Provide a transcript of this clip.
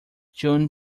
june